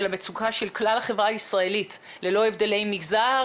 המצוקה של כלל החברה הישראלית ללא הבדלי מגזר,